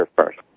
first